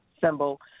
symbol